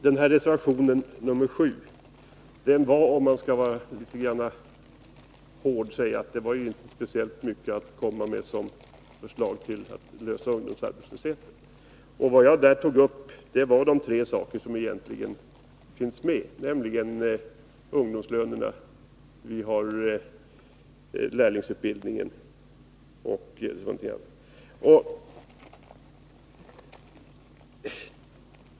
Reservation nr 7 var, om man skall vara litet hård, inte speciellt mycket att komma med som förslag till lösning av frågan om ungdomsarbetslösheten. Vad jag tog upp var de tre saker som egentligen finns med, främst ungdomslönerna och lärlingsutbildningen.